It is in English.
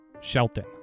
Shelton